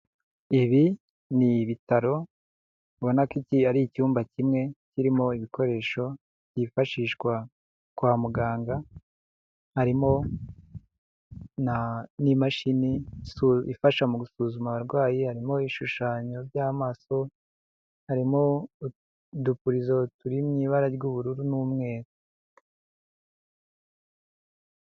Ibi ni ibitaro ubona ko iki ari icyumba kimwe kirimo ibikoresho byifashishwa kwa muganga, harimo n'imashini ifasha mu gusuzuma abarwayi, harimo ibishushanyo by'amaso, harimo udupurizo turi mu ibara ry'ubururu n'umweru.